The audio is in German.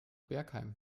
bergheim